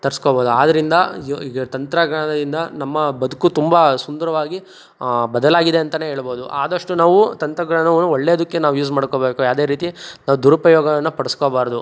ತರ್ಸ್ಕೊಬೋದು ಆದ್ರಿಂದ ಝೊ ಈಗ ತಂತ್ರಜ್ಞಾನದಿಂದ ನಮ್ಮ ಬದುಕು ತುಂಬಾ ಸುಂದರವಾಗಿ ಬದಲಾಗಿದೆ ಅಂತಲೇ ಹೇಳಬೌದು ಆದಷ್ಟು ನಾವು ತಂತ್ರಜ್ಞಾನವನ್ನು ಒಳ್ಳೆದಕ್ಕೆ ನಾವು ಯೂಸ್ ಮಾಡ್ಕೋಬೇಕು ಯಾವುದೇ ರೀತಿ ನಾವು ದುರುಪಯೋಗವನ್ನು ಪಡಿಸ್ಕೋಬಾರ್ದು